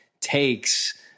takes